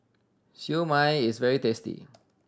Siew Mai is very tasty